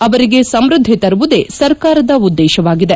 ಅವರಿಗೆ ಸಮೃದ್ದಿ ತರುವುದೇ ಸರ್ಕಾರದ ಉದ್ದೇಶವಾಗಿದೆ